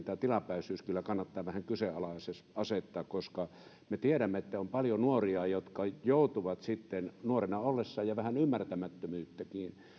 tämä tilapäisyys vähän kyseenalaiseksi asettaa koska me tiedämme että on paljon nuoria jotka joutuvat sitten nuorena ollessaan ja vähän ymmärtämättömyyttäänkin